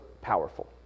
powerful